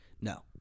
No